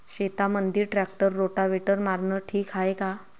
शेतामंदी tractor rotavator मारनं ठीक हाये का?